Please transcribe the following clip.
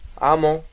Amo